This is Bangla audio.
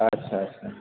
আচ্ছা আচ্ছা